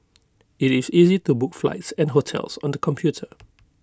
IT is easy to book flights and hotels on the computer